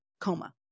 coma